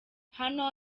hano